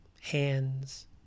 hands